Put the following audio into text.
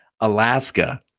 Alaska